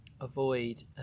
avoid